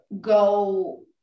go